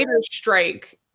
strike